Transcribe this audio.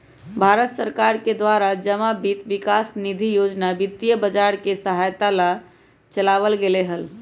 भारत सरकार के द्वारा जमा वित्त विकास निधि योजना वित्तीय बाजार के सहायता ला चलावल गयले हल